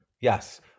Yes